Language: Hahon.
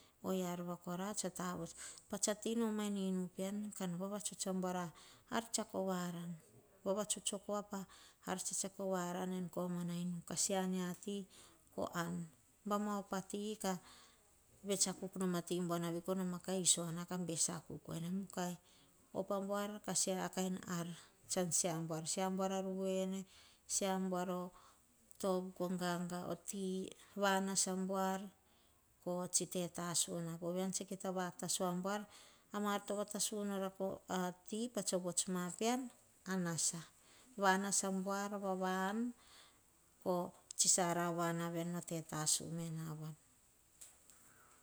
O yia rova kora tsa ta vuts, pats a ti noma en inu pean kan vavatsuts am buar ar tsiako aran. Vavatsuts oh kua ar tse tsiako aran ka soa ti ko an. Baim ma opa tika vets akuk nom a ti. Bua na vi ka noma ka iso, bes akuk wene, mukai op pa buar ka se a kain ar tsan se am buar, se am buar a ruene. se a ambuar oh tov, ganga ar tea va nasa buar a mar to va tasu na, po ven ven kita vatasu ambuar, a mar to va tasu a ti to vots ma pean a nasa va nasa buar, va va an ko tsi sa ra naa wa veni, tsi tasu na.